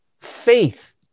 faith